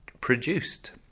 produced